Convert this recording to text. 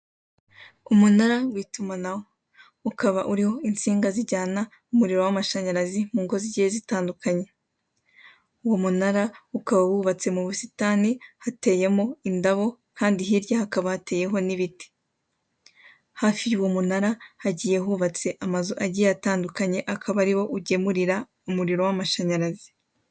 Umunara w'itumanaho, ukaba uriho insinga zijyana umuriro w'amashanyarazi mu ngo zigiye zitandukanye, uwo munara ukaba wubatse mu busitani hateyemo indabo kandi hirya hakaba hateyeho n'ibiti, hafi y'uwo munara, hagiye hubatse amazu agiye atandukanye, akaba ari wo ugemurira umuriro w'amashanyarazi.